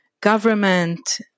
government